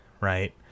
right